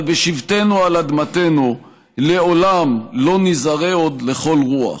אבל בשבתנו על אדמתנו לעולם לא ניזרה עוד לכל רוח.